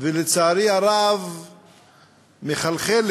ולצערי הרב מחלחלת,